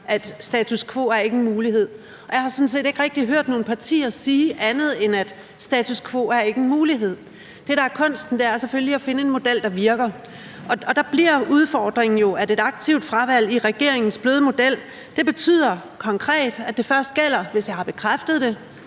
at status quo ikke er en mulighed. Jeg har sådan set ikke rigtig hørt nogen partier sige andet, end at status quo ikke er en mulighed. Det, der er kunsten, er selvfølgelig at finde en model, der virker, og der bliver udfordringen jo, at et aktivt fravalg i regeringens bløde model konkret betyder, at det først gælder, hvis man har bekræftet det,